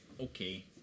Okay